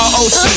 Roc